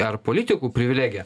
ar politikų privilegija